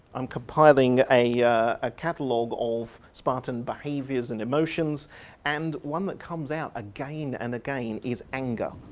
i'm compiling a ah catalogue of spartan behaviours and emotions and one that comes out again and again is anger.